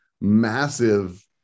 massive